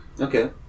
Okay